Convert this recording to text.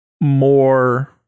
more